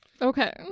okay